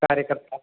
कार्यकर्ता